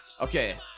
Okay